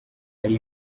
hari